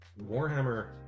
Warhammer